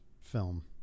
film